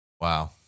Wow